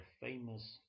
famous